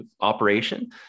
operation